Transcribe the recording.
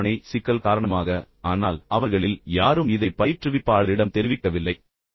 கால அட்டவணை சிக்கல் காரணமாக அவர்களுக்கு வேறு பிரச்சினைகள் இருந்தன ஆனால் அவர்களில் யாரும் இதை பயிற்றுவிப்பாளரிடம் தெரிவிக்கவில்லை